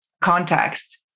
context